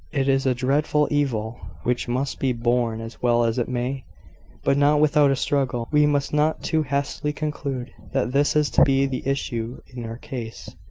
it is a dreadful evil which must be borne as well as it may but not without a struggle. we must not too hastily conclude that this is to be the issue in our case.